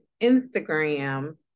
Instagram